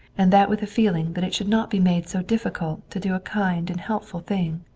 and that with a feeling that it should not be made so difficult to do a kind and helpful thing.